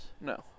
no